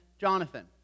Jonathan